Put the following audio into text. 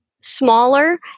smaller